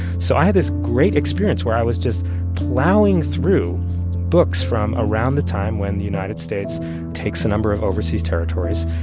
so i had this great experience where i was just plowing through books from around the time when the united states takes a number of overseas territories.